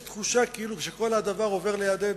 יש תחושה כאילו כל הדבר עובר לידנו,